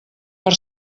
per